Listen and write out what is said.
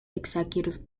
executive